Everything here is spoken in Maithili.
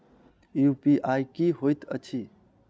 यु.पी.आई की होइत अछि